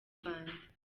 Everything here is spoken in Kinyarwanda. rwanda